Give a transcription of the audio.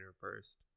first